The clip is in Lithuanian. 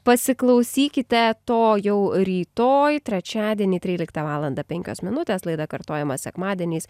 pasiklausykite to jau rytoj trečiadienį tryliktą valandą penkios minutės laida kartojama sekmadieniais